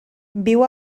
viu